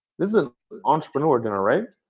this is an entrepreneur dinner, right?